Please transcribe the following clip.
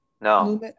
No